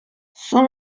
соң